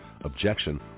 objection